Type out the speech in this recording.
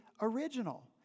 original